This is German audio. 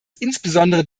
insbesondere